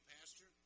Pastor